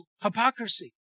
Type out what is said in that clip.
hypocrisy